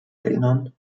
erinnern